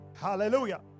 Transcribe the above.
Hallelujah